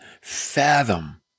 fathom